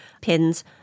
pins